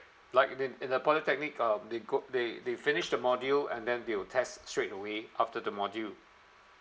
like in in the polytechnic um the got they they finish the module and then they'll test straight away after the module